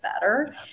better